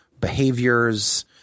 behaviors